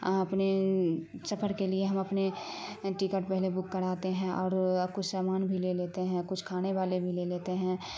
اور اپنی سفر کے لیے ہم اپنے ٹکٹ پہلے بک کراتے ہیں اور کچھ سامان بھی لے لیتے ہیں کچھ کھانے والے بھی لے لیتے ہیں